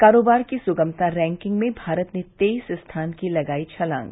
कारोबार की सुगमता रैंकिंग में भारत ने तेईस स्थान की लगाई छलांग